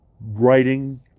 writing